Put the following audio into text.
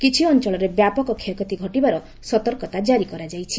କିଛି ଅଞ୍ଚଳରେ ବ୍ୟାପକ କ୍ଷୟକ୍ଷତି ଘଟିବାର ସତର୍କତା ଜାରି କରାଯାଇଛି